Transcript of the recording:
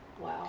Wow